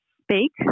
speak